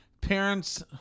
parents